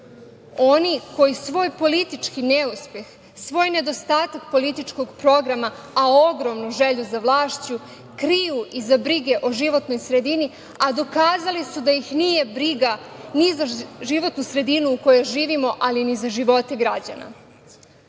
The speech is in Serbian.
oni koji svoj politički neuspeh, svoj nedostatak političkog programa, a ogromnu želju za vlašću kriju za brige o životnoj sredini a dokazali su da ih nije briga ni za životnu sredinu u kojoj živimo ali ni za živote građana. Srbija